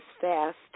fast